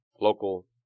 local